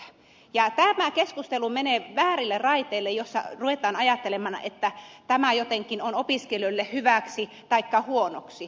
tämä keskustelu menee väärille raiteille jos ruvetaan ajattelemaan että tämä on jotenkin opiskelijoille hyväksi taikka huonoksi